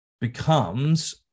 becomes